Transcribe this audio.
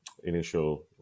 Initial